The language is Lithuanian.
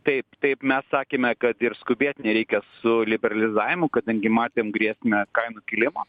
taip taip mes sakėme kad ir skubėt nereikia su liberalizavimu kadangi matėm grėsmę kainų kilimo